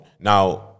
Now